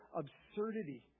absurdity